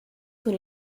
con